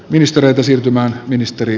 ministeriöt esiintymään ministeri